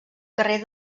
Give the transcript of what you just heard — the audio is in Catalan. carrer